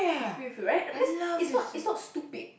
preview right it because it's not it's not stupid